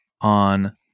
on